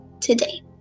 today